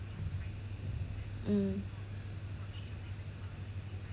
mm